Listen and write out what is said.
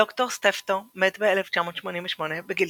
ד"ר סטפטו מת ב־1988 בגיל